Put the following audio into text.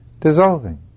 dissolving